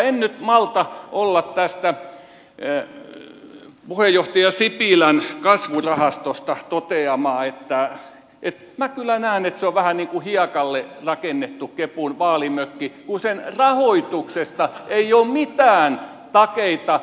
en nyt malta olla tästä puheenjohtaja sipilän kasvurahastosta toteamatta että minä kyllä näen että se on vähän niin kuin hiekalle rakennettu kepun vaalimökki kun sen rahoituksesta ei ole mitään takeita